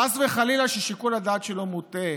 חס וחלילה, שיקול הדעת שלו מוטעה,